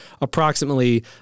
approximately